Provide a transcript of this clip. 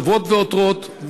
שבות ועותרות,